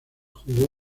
jugó